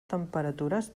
temperatures